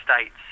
states